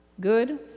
good